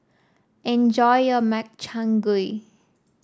enjoy your Makchang Gui